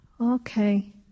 okay